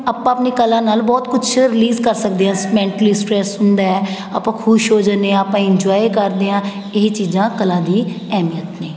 ਆਪਾਂ ਆਪਣੀ ਕਲਾ ਨਾਲ ਬਹੁਤ ਕੁਛ ਰਿਲੀਜ਼ ਕਰ ਸਕਦੇ ਹਾਂ ਸ ਮੈਂਟਲੀ ਸਟਰੈੱਸ ਹੁੰਦਾ ਆਪਾਂ ਖੁਸ਼ ਹੋ ਜਾਂਦੇ ਹਾਂ ਆਪਾਂ ਇੰਨਜੋਆਏ ਕਰਦੇ ਹਾਂ ਇਹ ਚੀਜ਼ਾਂ ਕਲਾ ਦੀ ਅਹਿਮੀਅਤ ਨੇ